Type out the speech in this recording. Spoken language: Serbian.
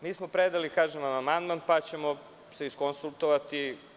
Mi smo predali amandman, pa ćemo se iskonsultovati.